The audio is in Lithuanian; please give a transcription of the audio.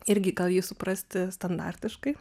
irgi gal jį suprasti standartiškai